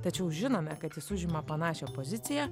tačiau žinome kad jis užima panašią poziciją